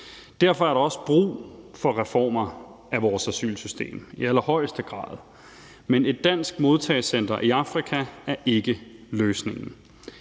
Derfor er der også brug for reformer af vores asylsystem, i allerhøjeste grad. Men et dansk modtagecenter i Afrika er ikke løsningen.